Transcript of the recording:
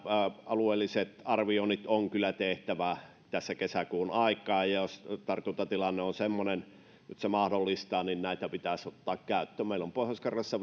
alueelliset arvioinnit on kyllä tehtävä tässä kesäkuun aikaan ja jos tartuntatilanne on semmoinen että se mahdollistaa niin näitä pitäisi ottaa käyttöön meillä on pohjois karjalassa